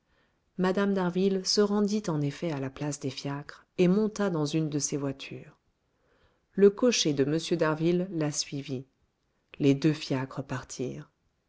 mme d'harville se rendit en effet à la place des fiacres et monta dans une de ces voitures le cocher de m d'harville la suivit les deux fiacres